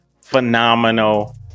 phenomenal